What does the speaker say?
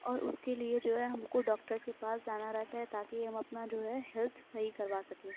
اور اس کے لئے جو ہے ہم کو ڈاکٹرس کے پاس جانا رہتا ہے تاکہ ہم اپنا جو ہے ہیلتھ صحیح کروا سکیں